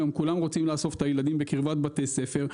כולם רוצים לאסוף את הילדים בקרבת בתי ספר,